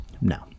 No